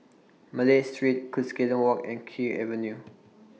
Malay Street Cuscaden Walk and Kew Avenue